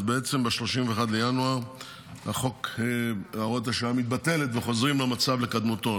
אז בעצם ב-31 בינואר הוראת השעה מתבטלת וחוזרים למצב כקדמותו.